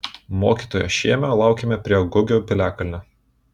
mokytojo šėmio laukėme prie gugių piliakalnio